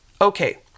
Okay